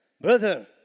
brother